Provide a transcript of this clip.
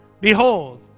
Behold